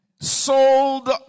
sold